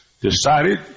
decided